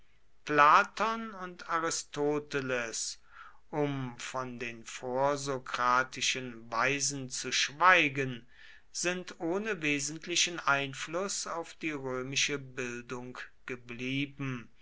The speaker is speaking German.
platon und aristoteles um von den vorsokratischen weisen zu schweigen sind ohne wesentlichen einfluß auf die römische bildung geblieben